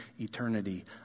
eternity